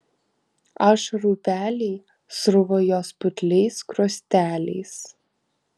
ašarų upeliai sruvo jos putliais skruosteliais